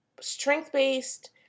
strength-based